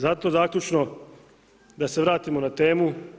Zato zaključno, da se vratimo na temu.